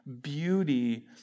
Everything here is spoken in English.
beauty